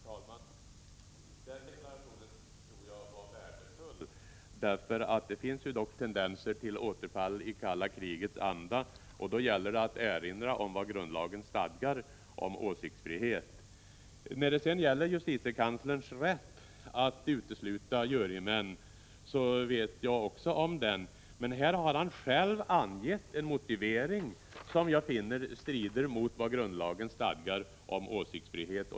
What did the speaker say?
Herr talman! Den deklarationen tror jag var värdefull. Det finns dock tendenser till återfall i det kalla krigets anda, och då gäller det att erinra om vad grundlagen stadgar om åsiktsfrihet. Jag känner till justitiekanslerns rätt att utesluta jurymedlemmar. Men i detta fall har han själv angett en motivering, som jag finner strider mot vad grundlagen stadgar om åsiktsfrihet.